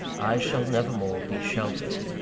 i shall never more be sheltered.